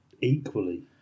equally